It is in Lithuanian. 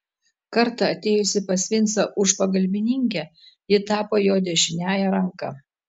kartą atėjusi pas vincą už pagalbininkę ji tapo jo dešiniąja ranka